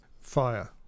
Fire